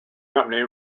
company